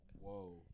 Whoa